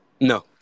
No